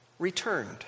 returned